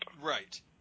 Right